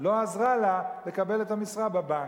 לא עזרה לה לקבל את המשרה בבנק.